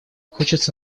хочется